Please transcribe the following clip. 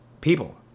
People